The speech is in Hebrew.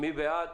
מי בעד?